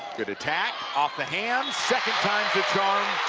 good attack off the hands second time is the charm